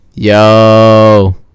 Yo